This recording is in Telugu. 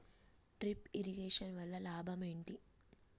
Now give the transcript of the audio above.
డ్రిప్ ఇరిగేషన్ వల్ల లాభం ఏంటి?